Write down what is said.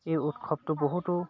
এই উৎসৱটো বহুতো